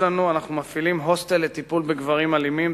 אנחנו מפעילים הוסטל לטיפול בגברים אלימים,